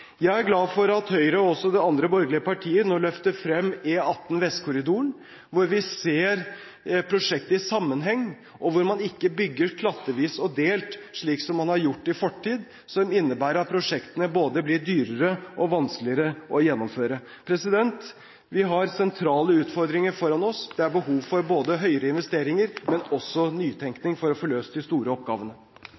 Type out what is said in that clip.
Jeg er glad for at Høyre og de andre borgerlige partiene nå løfter frem E18 Vestkorridoren, hvor vi ser prosjektet i sammenheng, og hvor man ikke bygger klattvis og delt, slik som man har gjort i fortid, som innebærer at prosjektene blir både dyrere og vanskeligere å gjennomføre. Vi har sentrale utfordringer foran oss. Det er behov for høyere investeringer, men også